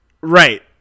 right